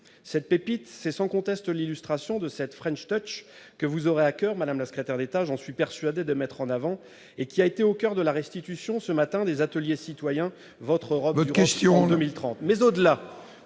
Cette pépite est sans conteste une illustration de cette que vous aurez à coeur, madame la secrétaire d'État, j'en suis persuadé, de mettre en avant et qui a été au centre de la restitution, ce matin, des ateliers citoyens « Votre Europe durable en 2030